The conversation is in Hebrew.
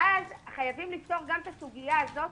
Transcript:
ואז חייבים לפתור גם את הסוגיה הזו,